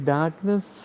Darkness